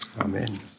Amen